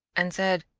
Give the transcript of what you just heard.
and said,